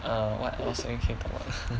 err what else can we talk about